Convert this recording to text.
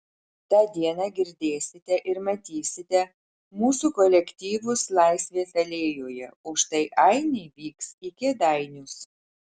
tą dieną girdėsite ir matysite mūsų kolektyvus laisvės alėjoje o štai ainiai vyks į kėdainius